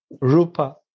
rupa